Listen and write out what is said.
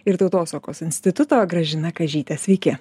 ir tautosakos instituto gražina kadžytė sveiki